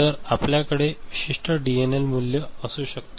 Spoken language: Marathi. तर आपल्याकडे विशिष्ट डीएनएल मूल्य असू शकते